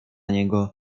niego